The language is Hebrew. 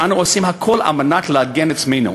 אנו עושים הכול כדי להגן על עצמנו,